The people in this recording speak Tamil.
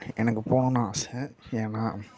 எனக்கு போகணுன்னு ஆசை ஏன்னால்